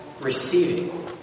receiving